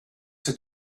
had